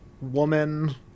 woman